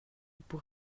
pour